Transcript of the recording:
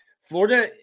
Florida